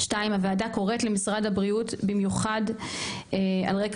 הוועדה קוראת למשרד הבריאות במיוחד על רקע